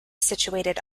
situated